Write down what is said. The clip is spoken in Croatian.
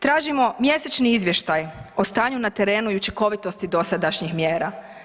Tražimo mjesečni izvještaj o stanju na terenu i učinkovitosti dosadašnjih mjera.